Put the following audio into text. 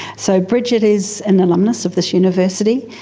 so bridget is an alumnus of this university.